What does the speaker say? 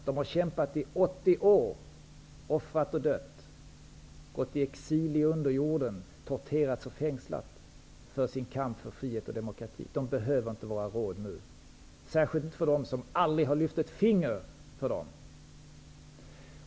De har kämpat i 80 år -- offrat och dött, gått i exil i underjorden, torterats och fängslats -- för sin kamp för frihet och demokrati. De behöver inte några råd -- särskilt inte från dem som aldrig har lyft ett finger för att hjälpa dem.